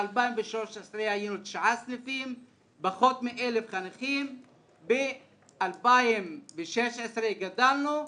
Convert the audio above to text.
ב-2013 מנינו פחות מ-1,000 חניכים ב-9 סניפים ב-2016 גדלנו,